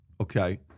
okay